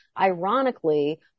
ironically